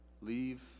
Leave